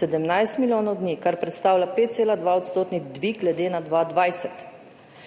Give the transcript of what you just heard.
17 milijonov dni, kar predstavlja 5,2-odstotni dvig glede na 2020.